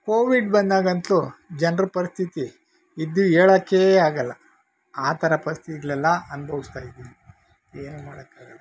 Covid ಬಂದಾಗಂತೂ ಜನ್ರ ಪರಿಸ್ಥಿತಿ ಇದ್ದು ಹೇಳಕ್ಕೇ ಆಗೋಲ್ಲ ಆ ಥರ ಪರ್ಸ್ಥಿಗ್ಳೆಲ್ಲ ಅನ್ಭವಿಸ್ತಾ ಇದ್ದೀವಿ ಏನೂ ಮಾಡೋಕ್ಕಾಗಲ್ಲ